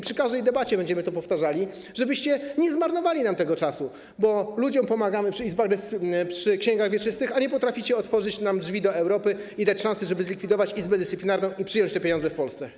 Przy każdej debacie będziemy to powtarzali, żebyście nie zmarnowali nam tego czasu, bo ludziom pomagamy przy księgach wieczystych, a nie potraficie otworzyć nam drzwi do Europy i dać szansy, żeby zlikwidować Izbę Dyscyplinarną i przyjąć te pieniądze dla Polski.